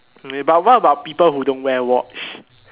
may but what about people who don't wear watch